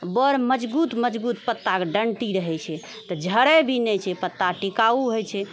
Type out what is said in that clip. बड़ मजगुत मजगुत पत्ता डण्टी रहै छै तऽ झड़ै भी नहि छै पत्ता टिकाउ हय छै